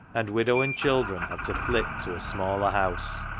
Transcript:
and widow and children had to flit to a smaller house.